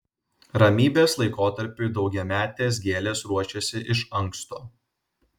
ramybės laikotarpiui daugiametės gėlės ruošiasi iš anksto